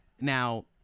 Now